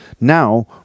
Now